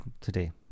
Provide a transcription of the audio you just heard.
today